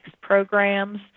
programs